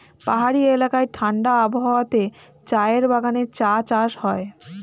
পাহাড়ি এলাকায় ঠাণ্ডা আবহাওয়াতে চায়ের বাগানে চা চাষ হয়